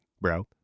bro